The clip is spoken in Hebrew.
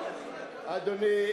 אדוני,